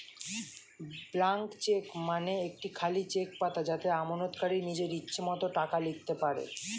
blank cheque মানে একটি খালি চেক পাতা যাতে আমানতকারী নিজের ইচ্ছে মতো টাকা লিখতে পারে